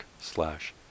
slash